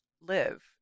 live